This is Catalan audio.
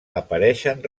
apareixen